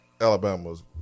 alabama's